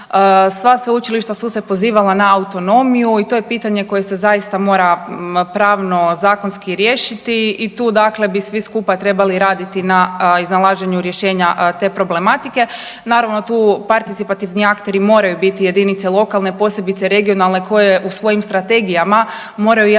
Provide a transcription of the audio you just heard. sva sveučilišta su se pozivala na autonomiju i to je pitanje koje se zaista mora pravno zakonski riješiti i tu dakle bi svi skupa trebali raditi na iznalaženju rješenja te problematike. Naravno tu participativni akteri moraju biti jedinice lokalne, posebice regionalne koje u svojim strategijama moraju jasno